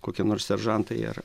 kokie nors seržantai ar